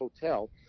hotel